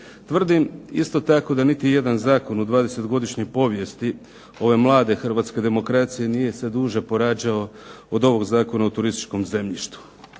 Tvrdim isto tako da niti jedan zakon u 20-godišnjoj povijesti ove mlade hrvatske demokracije nije se duže porađao od ovog Zakona o turističkom zemljištu.